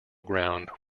ground